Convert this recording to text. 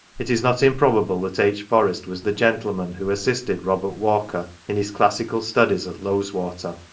it is not improbable that h. forest was the gentleman who assisted robert walker in his classical studies at lowes water.